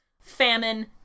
famine